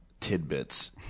tidbits